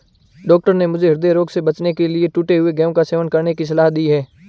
doctor ने मुझे हृदय रोग से बचने के लिए टूटे हुए गेहूं का सेवन करने की सलाह दी है